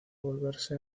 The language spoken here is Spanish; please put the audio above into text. volverse